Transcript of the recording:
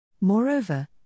Moreover